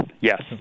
Yes